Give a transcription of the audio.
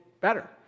better